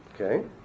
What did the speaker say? Okay